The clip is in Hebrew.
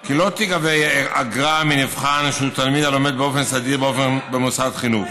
כי לא תיגבה אגרה מנבחן שהוא תלמיד הלומד באופן סדיר במוסד חינוך